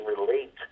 relate